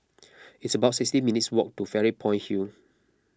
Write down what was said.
it's about sixty minutes' walk to Fairy Point Hill